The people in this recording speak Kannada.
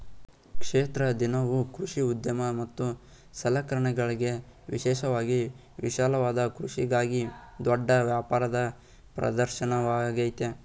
ಕ್ಷೇತ್ರ ದಿನವು ಕೃಷಿ ಉದ್ಯಮ ಮತ್ತು ಸಲಕರಣೆಗಳಿಗೆ ವಿಶೇಷವಾಗಿ ವಿಶಾಲವಾದ ಕೃಷಿಗಾಗಿ ದೊಡ್ಡ ವ್ಯಾಪಾರದ ಪ್ರದರ್ಶನವಾಗಯ್ತೆ